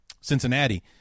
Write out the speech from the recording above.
Cincinnati